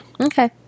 Okay